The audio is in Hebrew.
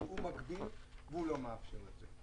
שהוא מגביל והוא לא מאפשר את זה.